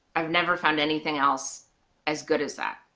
i've never found anything else as good as that.